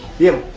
yeah